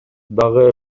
дагы